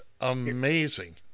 amazing